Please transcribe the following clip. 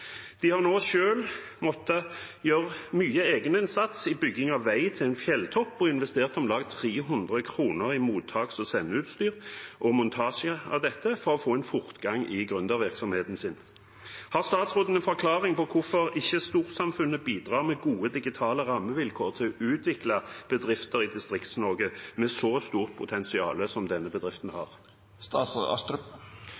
De har nå selv måttet gjøre mye egeninnsats i bygging av vei til en fjelltopp og investert om lag 300 000 kr i mottaks- og sendeutstyr og montasje av dette for å få en fortgang i gründervirksomheten sin. Har statsråden noen forklaring på hvorfor storsamfunnet ikke bidrar med gode digitale rammevilkår til å utvikle bedrifter i Distrikts-Norge med et så stort potensial som denne bedriften